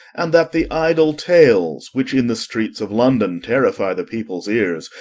and that the idle tales, which, in the streets, of london, terrify the people's ears,